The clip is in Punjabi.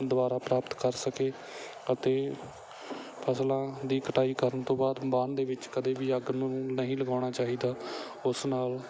ਦੁਬਾਰਾ ਪ੍ਰਾਪਤ ਕਰ ਸਕੇ ਅਤੇ ਫਸਲਾਂ ਦੀ ਕਟਾਈ ਕਰਨ ਤੋਂ ਬਾਅਦ ਵਾਹਣ ਦੇ ਵਿੱਚ ਕਦੇ ਵੀ ਅੱਗ ਨੂੰ ਨਹੀਂ ਲਗਾਉਣਾ ਚਾਹੀਦਾ ਉਸ ਨਾਲ